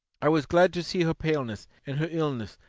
i was glad to see her paleness and her illness,